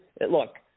look